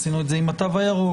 עשינו את זה עם התו הירוק.